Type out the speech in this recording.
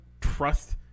trust